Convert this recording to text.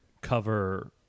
cover